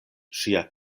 ŝia